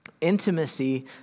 intimacy